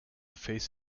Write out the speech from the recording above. face